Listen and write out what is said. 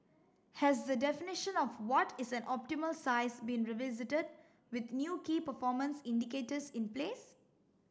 has the definition of what is an optimal size been revisited with new key performance indicators in place